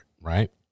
Right